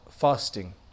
fasting